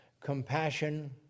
compassion